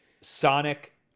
Sonic